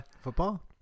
Football